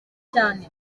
cyane